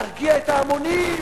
להרגיע את ההמונים,